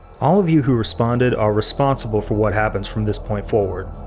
all of you who responded are responsible for what happens from this point forward.